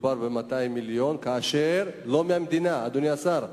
מדובר ב-200 מיליון, ולא מהמדינה, אדוני השר.